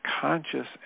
conscious